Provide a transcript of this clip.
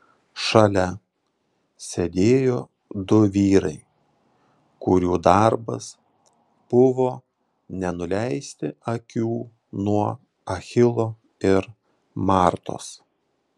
šalia sėdėjo du vyrai kurių darbas buvo nenuleisti akių nuo achilo ir martos